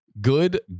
Good